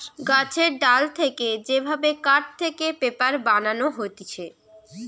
গাছের ডাল থেকে যে ভাবে কাঠ থেকে পেপার বানানো হতিছে